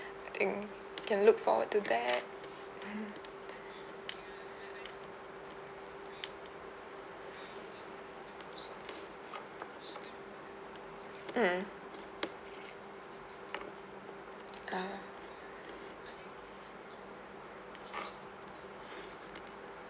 I think I can look forward to that mm mm ah